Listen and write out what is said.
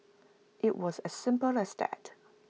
IT was as simple as that